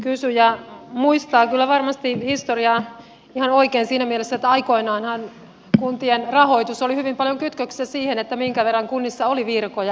kysyjä muistaa kyllä varmasti historiaa ihan oikein siinä mielessä että aikoinaanhan kuntien rahoitus oli hyvin paljon kytköksissä siihen minkä verran kunnissa oli virkoja